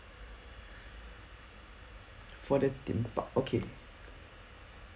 for the theme park okay